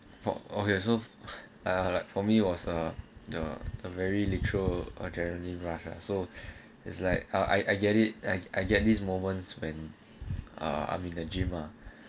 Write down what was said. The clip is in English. oh okay so like for me was the the very literal adrenaline rush lah so it's like I I get it I get these moments when I'm in the gym mah